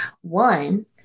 One